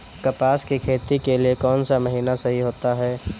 कपास की खेती के लिए कौन सा महीना सही होता है?